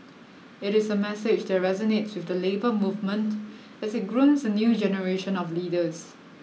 it is a message that resonates with the labour movement as it grooms a new generation of leaders